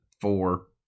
four